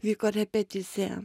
vyko repeticija